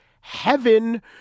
heaven